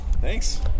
Thanks